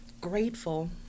grateful